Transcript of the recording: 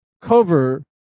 cover